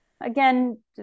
again